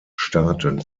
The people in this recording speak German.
staaten